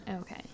Okay